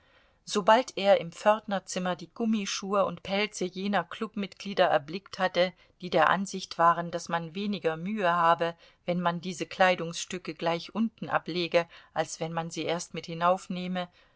sobald er im pförtnerzimmer die gummischuhe und pelze jener klubmitglieder erblickt hatte die der ansicht waren daß man weniger mühe habe wenn man diese kleidungsstücke gleich unten ablege als wenn man sie erst mit